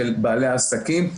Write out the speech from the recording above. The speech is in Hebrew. של בעלי העסקים.